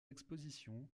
expositions